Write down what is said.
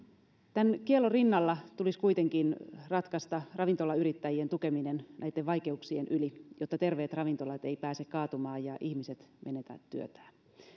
tämän kiellon rinnalla tulisi kuitenkin ratkaista ravintolayrittäjien tukeminen näitten vaikeuksien yli jotta terveet ravintolat eivät pääse kaatumaan ja ihmiset menetä työtään